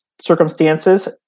circumstances